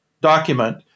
document